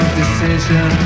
decision